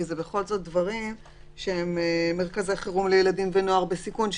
כי בכל זאת אלה דברים כמו מרכזי חירום לילדים ונוער בסיכון,